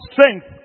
strength